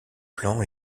plan